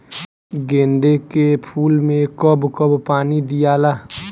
गेंदे के फूल मे कब कब पानी दियाला?